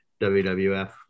WWF